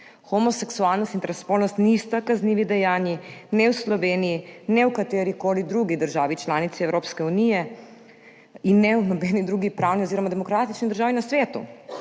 Homoseksualnost in transspolnost nista kaznivi dejanji ne v Sloveniji ne v katerikoli drugi državi članici Evropske unije in ne v nobeni drugi pravni oziroma demokratični državi na svetu.